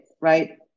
right